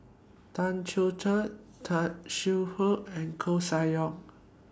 Tan Chong Tee Tan Shaw Her and Koeh Sia Yong